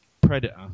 Predator